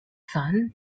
son